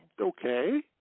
Okay